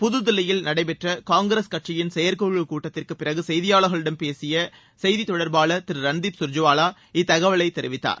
புதுதில்லியில் நடைபெற்ற காங்கிரஸ் கட்சியின் செயற்குழக் கூட்டத்திற்கு பிறகு செய்தியாளர்களிடம் பேசிய அக்கட்சியின் செய்தித் தொடர்பாளர் திரு ரன்தீப் கர்ஜிவாலா இத்தகவலை தெரிவித்தார்